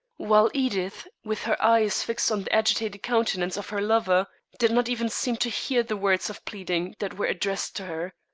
while edith, with her eyes fixed on the agitated countenance of her lover, did not even seem to hear the words of pleading that were addressed to her.